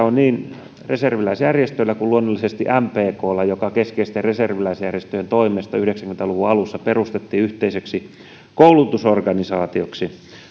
on rooli niin reserviläisjärjestöillä kuin luonnollisesti mpklla joka keskeisten reserviläisjärjestöjen toimesta yhdeksänkymmentä luvun alussa perustettiin yhteiseksi koulutusorganisaatioksi